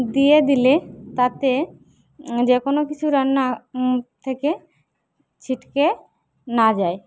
দিয়ে দিলে তাতে যেকোনো কিছু রান্না থেকে ছিটকে না যায়